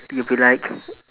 you'll be like